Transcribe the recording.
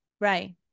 right